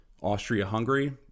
Austria-Hungary